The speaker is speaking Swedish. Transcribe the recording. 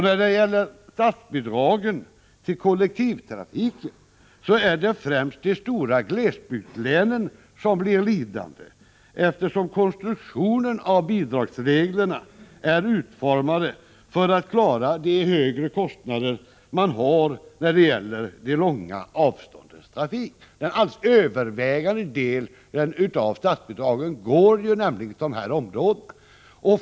När det gäller statsbidragen till kollektivtrafiken är det främst de stora glesbygdslänen som blir lidande, eftersom bidragsreglerna är utformade för att man skall klara de högre kostnaderna på de långa avståndens trafik. Den alldeles övervägande delen av statsbidragen går nämligen till dessa områden.